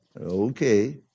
Okay